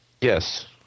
Yes